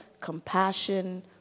compassion